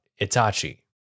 Itachi